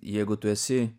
jeigu tu esi